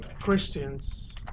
Christians